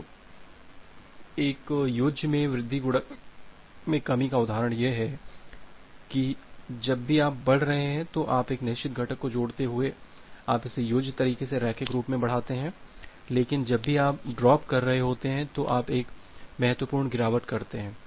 तो एक योज्य में वृद्धि गुणक में कमी का उदाहरण यह है कि जब भी आप बढ़ रहे हैं तो एक निश्चित घटक को जोड़ते हुए आप इसे योज्य तरीके से रैखिक रूप से बढ़ाते हैं लेकिन जब भी आप ड्रॉप कर रहे होते हैं तो आप एक महत्वपूर्ण गिरावट करते हैं